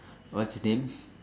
what's his name